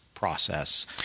process